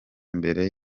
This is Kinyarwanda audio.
mbere